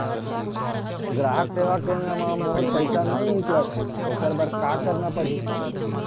ग्राहक सेवा केंद्र म मोर पैसा नई निकलत हे, ओकर बर का करना पढ़हि?